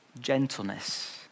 Gentleness